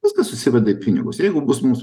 viskas susiveda į pinigus jeigu bus mums